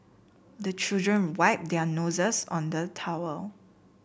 the children wipe their noses on the towel